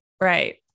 Right